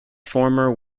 former